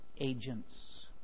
agents